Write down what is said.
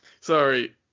Sorry